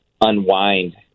unwind